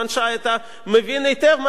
שאתה מבין היטב מה זה אומר.